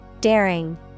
Daring